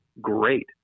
great